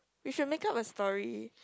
we should make up a story